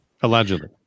Allegedly